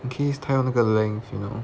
in case 他要那个 length you know